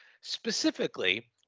Specifically